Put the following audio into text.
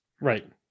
right